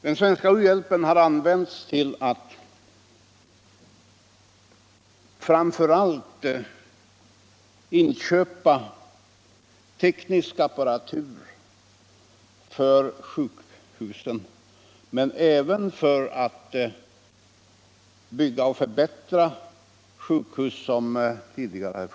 Den svenska u-hjälpen till Cuba har framför allt använts för inköp av teknisk apparatur till sjukhusen men också för att bygga nya sjukhus och för att förbättra de sjukhus man tidigare haft.